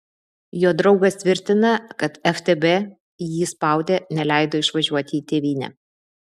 jo draugas tvirtina kad ftb jį spaudė neleido išvažiuoti į tėvynę